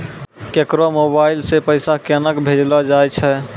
केकरो मोबाइल सऽ पैसा केनक भेजलो जाय छै?